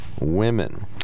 Women